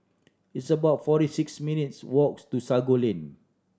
it's about forty six minutes' walks to Sago Lane